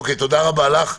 תודה רבה לך.